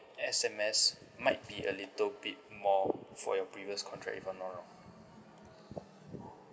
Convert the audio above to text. S_M_S might be a little bit more for your previous contract if I'm not wrong